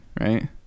right